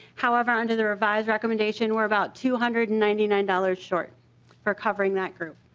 however under the revised recognition we are about two hundred and ninety nine dollars short for covering that group.